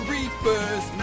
Reaper's